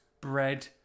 bread